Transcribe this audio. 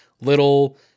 little